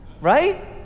right